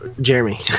Jeremy